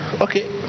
Okay